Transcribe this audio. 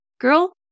Girl